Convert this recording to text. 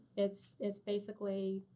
it's it's basically,